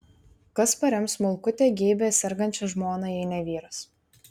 kas parems smulkutę geibią sergančią žmoną jei ne vyras